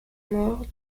mort